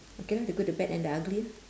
okay lah the good the bad and the ugly lah